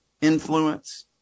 influence